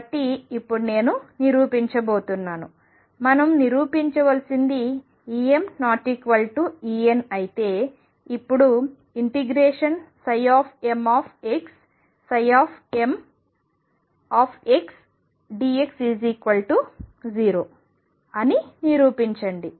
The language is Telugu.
కాబట్టి ఇప్పుడు నేను నిరూపించబోతున్నాను మనం నిరూపించాల్సింది EmEnఅయితే ఇప్పుడు mx mxdx0 అని నిరూపించండి